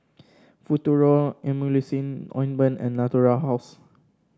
Futuro Emulsying Ointment and Natura House